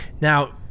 Now